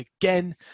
again